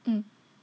mm